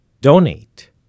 donate